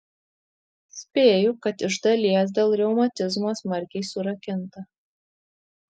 spėju kad iš dalies dėl reumatizmo smarkiai surakinta